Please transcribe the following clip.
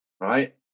right